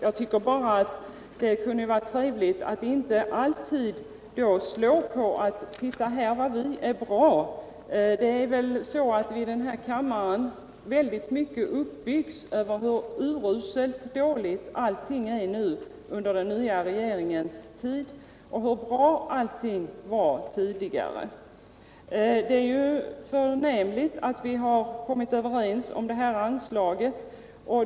Jag tycker bara att det kunde vara trevligt att inte alltid behöva höra hans: ”Titta här, vad vi är bra!” Här i kammaren uppbyggs vi väldigt mycket med tal om hur uruselt allting är nu under den nya regeringen och hur bra allting var tidigare. Det är ju förnämligt att vi har kommit överens om det här anslaget.